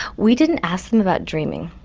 we didn't ask them about dreaming,